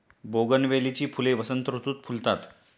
बोगनवेलीची फुले वसंत ऋतुत फुलतात